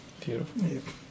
Beautiful